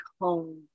home